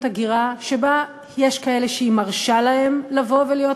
הגירה שבה יש כאלה שהיא מרשה להם לבוא ולהיות